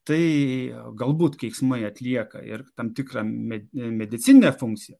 tai galbūt keiksmai atlieka ir tam tikrą medi medicininę funkciją